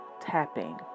tapping